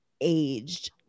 aged